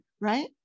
right